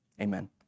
Amen